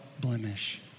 blemish